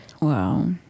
Wow